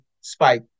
spike